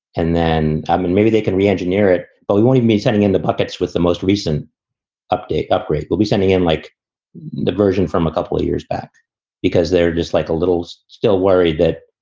and then and maybe they can reengineer it. but we won't be sending in the buckets with the most recent update upgrade. we'll be sending in like the version from a couple years back because they're just like a littles still worried that,